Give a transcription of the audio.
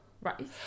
Right